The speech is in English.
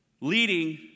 leading